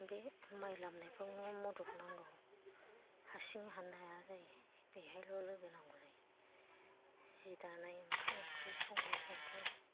बे माइ लामनायफ्रावनो मदद नांगौ हारसिंङै हाननो हाया जायो बेहायल' लोगो नांगौ जायो जि दानाय ओंखाम ओंख्रि संनायफ्रावथ'